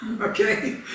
Okay